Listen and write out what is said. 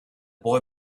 boy